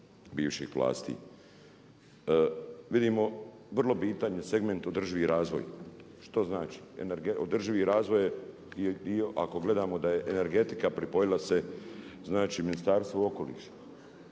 Vidimo vrlo bitan je segment održivi razvoj, što znači održivi razvoj je dio ako gledamo da je energetika pripojila se, znači Ministarstvu okoliša.